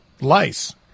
lice